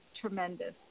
tremendous